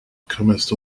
comest